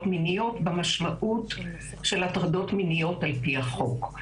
מיניות במשמעות של הטרדות מיניות על פי החוק.